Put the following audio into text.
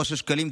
אושר שקלים,